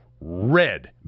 red